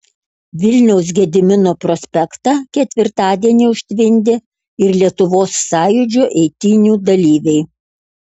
vilniaus gedimino prospektą ketvirtadienį užtvindė ir lietuvos sąjūdžio eitynių dalyviai